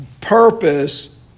purpose